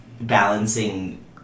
balancing